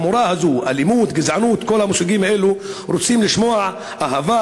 ילדים בגילים האלו לא שומרים על שקט מופתי.